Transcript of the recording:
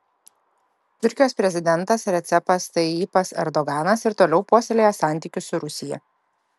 turkijos prezidentas recepas tayyipas erdoganas ir toliau puoselėja santykius su rusija